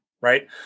Right